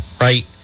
right